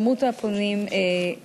מספר הפונים גדל.